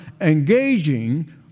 engaging